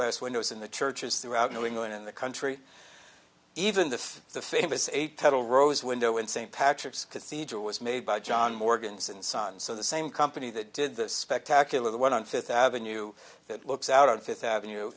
glass windows in the churches throughout new england in the country even if the famous eight pedal rose window in st patrick's cathedral was made by john morgans and sun so the same company that did the spectacular the one on fifth avenue that looks out on fifth avenue